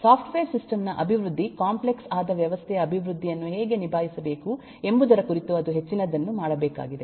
software system ನ ಅಭಿವೃದ್ಧಿ complex ಆದ ವ್ಯವಸ್ಥೆಯ ಅಭಿವೃದ್ಧಿಯನ್ನು ಹೇಗೆ ನಿಭಾಯಿಸಬೇಕು ಎಂಬುದರ ಕುರಿತು ಅದು ಹೆಚ್ಚಿನದನ್ನು ಮಾಡಬೇಕಾಗಿದೆ